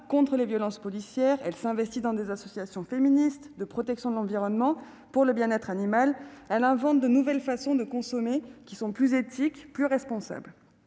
contre les violences policières ; elle s'investit dans des associations féministes, de protection de l'environnement, pour le bien-être animal ; elle invente de nouvelles façons de consommer qui sont plus éthiques, plus responsables.